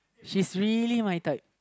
she's really my type